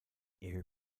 ear